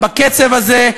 בקצב הזה,